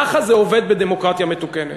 ככה זה עובד בדמוקרטיה מתוקנת.